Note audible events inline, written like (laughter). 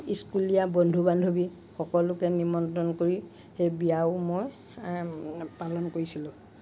স্কুলীয় বন্ধু বান্ধৱী সকলোকে নিমন্ত্ৰণ কৰি সেই বিয়াও মই (unintelligible) পালন কৰিছিলোঁ